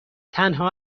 تنها